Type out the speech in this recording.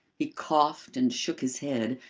he coughed and shook his head,